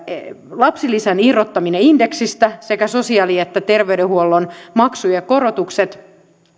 lapsilisän irrottaminen indeksistä sekä sosiaali ja terveydenhuollon maksujen korotukset